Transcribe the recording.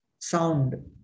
sound